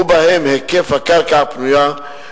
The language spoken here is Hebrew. ובהם היקף הקרקע הפנויה,